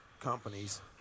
companies